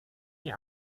die